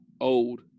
old